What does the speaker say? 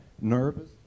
nervous